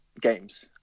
games